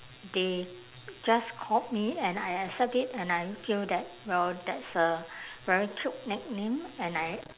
they just called me and I accept it and I feel that well that's a very cute nickname and I